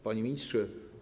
Panie Ministrze!